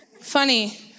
funny